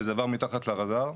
וזה עבר מתחת לרדאר,